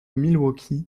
milwaukee